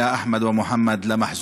אחמד ומוחמד.